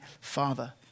Father